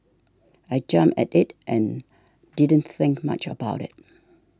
I jumped at it and didn't think much about it